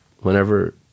Whenever